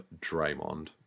Draymond